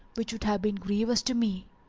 which would have been grievous to me.